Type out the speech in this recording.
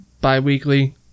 bi-weekly